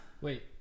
Wait